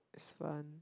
it's fun